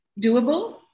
doable